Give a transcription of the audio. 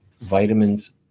vitamins